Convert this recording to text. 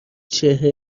چهره